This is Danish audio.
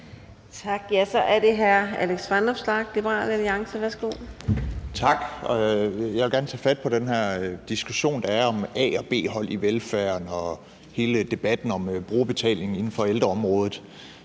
Tak. Så er det hr. Alex Vanopslagh, Liberal Alliance. Værsgo. Kl. 13:52 Alex Vanopslagh (LA): Tak. Jeg vil gerne tage fat på den her diskussion, der er om A- og B-hold i velfærden, og hele debatten om brugerbetaling inden for ældreområdet,